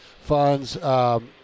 funds